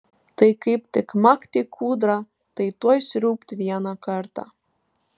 tai kaip tik makt į kūdrą tai tuoj sriūbt vieną kartą